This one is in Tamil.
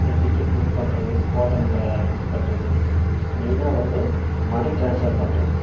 டிக்கெட் புக் பண்ணுறது ஹோட்டலில் புக் பண்ணுறது மெய்னாக வந்து மணி ட்ரான்சார் பண்ணுறது